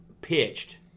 pitched